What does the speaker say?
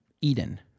Eden